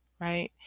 right